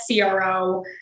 CRO